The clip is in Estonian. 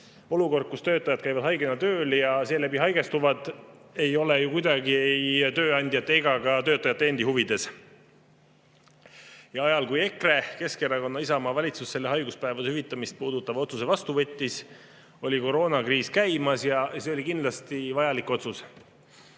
Olukord, kus töötajad käivad haigena tööl ja [teised] seetõttu haigestuvad, ei ole ju kuidagi ei tööandjate ega ka töötajate endi huvides. Ajal, kui EKRE, Keskerakonna ja Isamaa valitsus selle haiguspäevade hüvitamist puudutava otsuse vastu võttis, oli koroonakriis ja see oli kindlasti vajalik otsus.